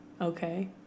Okay